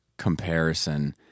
comparison